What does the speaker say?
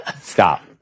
Stop